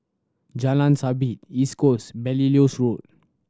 Jalan Sabit East Coast Belilios Road